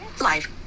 Live